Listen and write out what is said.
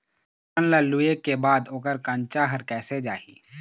फोरन ला लुए के बाद ओकर कंनचा हर कैसे जाही?